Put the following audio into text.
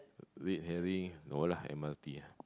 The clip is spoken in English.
red herring no lah m_r_t lah